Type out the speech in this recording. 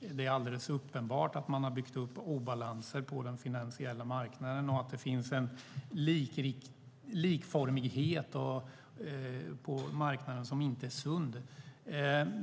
det är alldeles uppenbart att man har byggt upp obalanser på den finansiella marknaden och att det finns en likformighet på marknaden som inte är sund.